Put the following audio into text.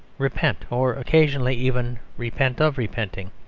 repent or occasionally even repent of repenting.